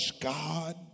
God